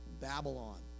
babylon